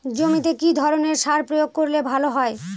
জমিতে কি ধরনের সার প্রয়োগ করলে ভালো হয়?